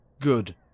Good